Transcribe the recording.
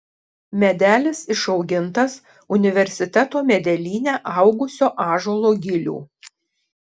medelis išaugintas universiteto medelyne augusio ąžuolo gilių